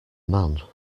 man